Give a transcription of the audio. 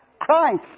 Christ